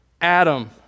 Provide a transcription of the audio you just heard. Adam